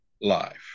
life